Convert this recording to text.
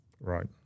Right